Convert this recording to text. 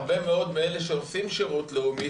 הרבה מאוד מאלה שעושים שירות לאומי,